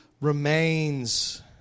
remains